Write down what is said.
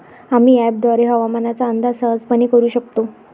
आम्ही अँपपद्वारे हवामानाचा अंदाज सहजपणे करू शकतो